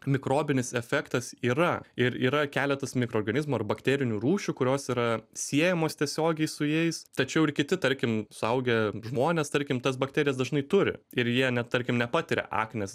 mikrobinis efektas yra ir yra keletas mikroorganizmų ar bakterinių rūšių kurios yra siejamos tiesiogiai su jais tačiau ir kiti tarkim suaugę žmonės tarkim tas bakterijas dažnai turi ir jie net tarkim nepatiria aknės